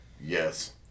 Yes